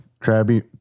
Crabby